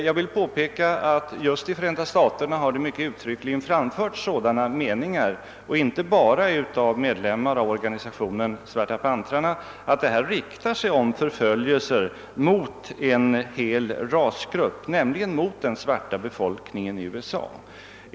Jag vill påpeka att det i USA, inte bara av medlemmar av organisationen Svarta pantrarna, uttryckligen har uttalats att det i detta fall är fråga om en förföljelse som riktar sig mot en hel rasgrupp, nämligen mot den svarta befolkningen i USA.